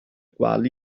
quali